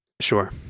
Sure